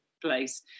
place